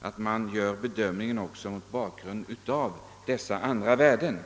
att man gör bedömningen också mot bakgrunden av dessa andra värden.